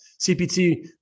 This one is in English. CPT